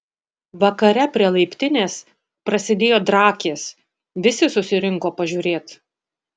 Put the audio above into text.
vakare prie laiptinės prasidėjo drakės visi susirinko pažiūrėt